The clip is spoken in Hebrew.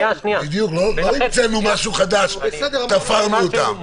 בדיוק, לא המצאנו משהו חדש, תפרנו אותם.